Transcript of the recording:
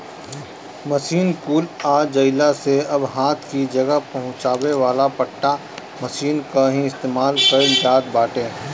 machine कुल आ जइला से अब हाथ कि जगह पहुंचावे वाला पट्टा मशीन कअ ही इस्तेमाल कइल जात बाटे